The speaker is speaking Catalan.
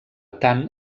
tant